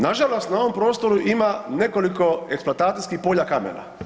Nažalost na ovom prostoru ima nekoliko eksploatacijskih polja kamena.